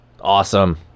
Awesome